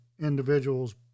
individual's